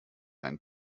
ein